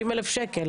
זה 30,000 שקלים.